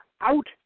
out